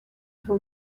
who